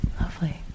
Lovely